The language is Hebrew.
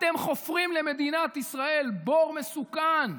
אתם חופרים למדינת ישראל בור מסוכן.